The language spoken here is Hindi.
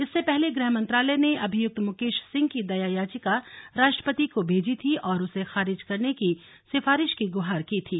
इससे पहले गृह मंत्रालय ने अभियुक्त मुकेश सिंह की दया याचिका राष्ट्रपति को भेजी थी और उसे खारिज करने की सिफारिश की थी